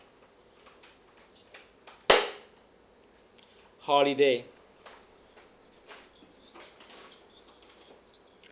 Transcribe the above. holiday